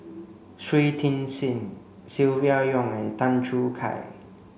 Shui Tit Sing Silvia Yong and Tan Choo Kai